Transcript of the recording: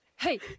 Hey